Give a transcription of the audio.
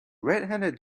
redheaded